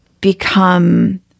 become